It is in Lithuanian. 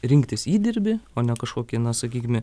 rinktis įdirbį o ne kažkokį na sakykime